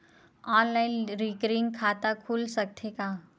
Online recurring खाता खुल सकथे का?